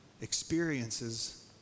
experiences